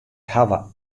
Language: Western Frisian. hawwe